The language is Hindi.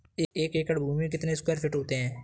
एक एकड़ भूमि में कितने स्क्वायर फिट होते हैं?